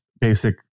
basic